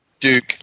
Duke